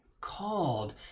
called